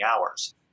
hours